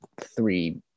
three